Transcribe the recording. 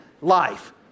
life